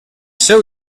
seu